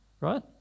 right